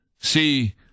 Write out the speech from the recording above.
See